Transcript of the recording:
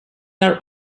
are